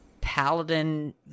Paladin